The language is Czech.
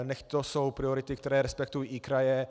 Nechť to jsou priority, které respektují i kraje.